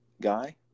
guy